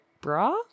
bra